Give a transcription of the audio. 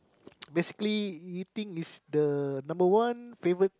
basically eating is the number one favourite